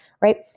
right